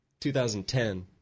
2010